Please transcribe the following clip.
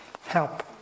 help